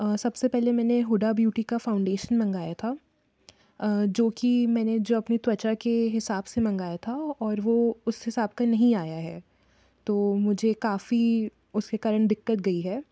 सबसे पहले मैंने हुडा ब्यूटी का फाउंडेशन मंगाया था जोकि मैंने जो अपनी त्वचा के हिसाब से मंगाया था और वो उस हिसाब का नहीं आया है तो मुझे काफ़ी उसके कारण दिक्कत दी है